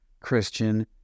Christian